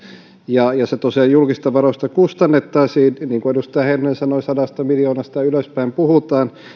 ja se julkisista varoista kustannettaisiin niin kuin edustaja heinonen sanoi sadasta miljoonasta ylöspäin puhutaan on se